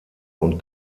und